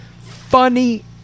Funny